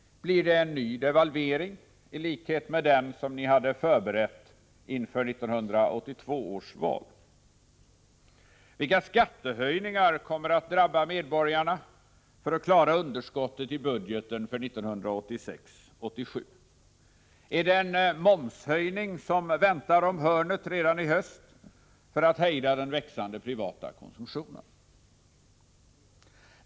Blir det en ny devalvering i likhet med den som ni hade förberett inför 1982 års val? Vilka skattehöjningar kommer att drabba medborgarna för att klara underskottet i budgeten för 1986/87? Är det en momshöjning som väntar om hörnet redan i höst för att hejda den växande privata konsumtionen?